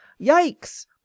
yikes